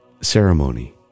ceremony